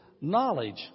knowledge